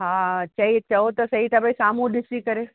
हा चई चयो त सही तव्हां भई साम्हूं ॾिसी करे